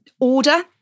order